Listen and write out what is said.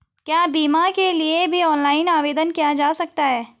क्या बीमा के लिए भी ऑनलाइन आवेदन किया जा सकता है?